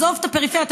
עזוב את הפריפריה,